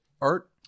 art